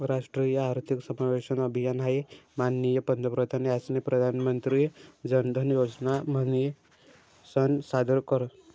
राष्ट्रीय आर्थिक समावेशन अभियान हाई माननीय पंतप्रधान यास्नी प्रधानमंत्री जनधन योजना म्हनीसन सादर कर